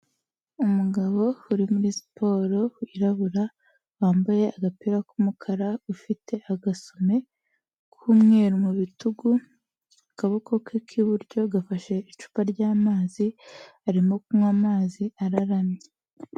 Umugabo uri muri siporo wirabura wambaye agapira k'umukara ufite agasume k'umweru mu bitugu, akaboko ke k'iburyo gafashe icupa ry'amazi, arimo kunywa amazi araramye.